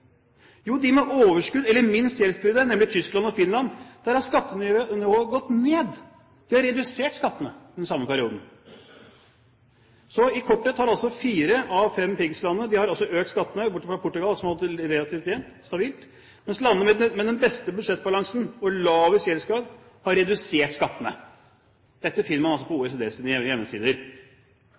Jo, i de landene med overskudd eller minst gjeldsbyrde – nemlig Tyskland og Finland – har skattenivået gått ned. De har redusert skattene i den samme perioden. Så, i korthet har altså fire av fem av pigslandene økt skattene, bortsett fra Portugal, som har holdt det relativt stabilt. Mens landene med den beste budsjettbalansen og lavest gjeldsgrad har redusert skattene. Dette finner man da på